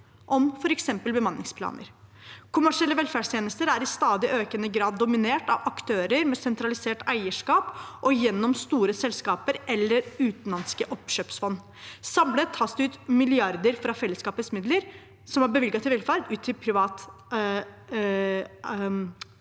om f.eks. bemanningsplaner. Kommersielle velferdstjenester er i stadig økende grad dominert av aktører med sentralisert eierskap og gjennom store selskaper eller utenlandske oppkjøpsfond. Samlet tas det ut milliarder fra fellesskapets midler – som var bevilget til velferd – til privat